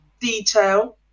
detail